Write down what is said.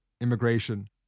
immigration